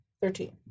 Thirteen